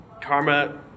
karma